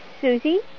Susie